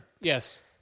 Yes